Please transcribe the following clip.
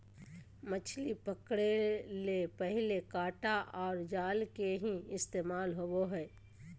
मछली पकड़े ले पहले कांटा आर जाल के ही इस्तेमाल होवो हल